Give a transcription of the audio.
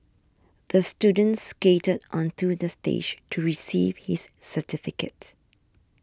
the student skated onto the stage to receive his certificate